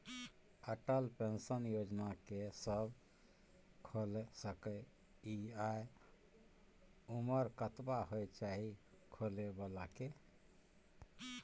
Atal pension योजना के के सब खोइल सके इ आ उमर कतबा होय चाही खोलै बला के?